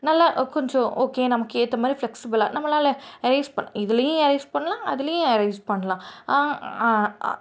நல்லா கொஞ்சம் ஓகே நமக்கு ஏற்றமாரி ஃப்ளெக்ஸிபிளாக நம்மளால் எரைஸ் பண் இதுலேயும் எரைஸ் பண்ணலாம் அதுலேயும் எரைஸ் பண்ணலாம்